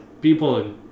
people